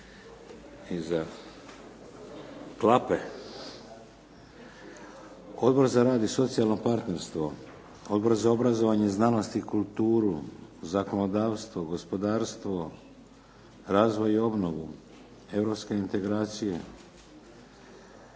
I za klape. Odbor za rad i socijalno partnerstvo, Odbor za obrazovanje, znanost i kulturu, zakonodavstvo, gospodarstvo, razvoj i obnovu, europske integracije.